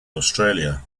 australia